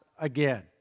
again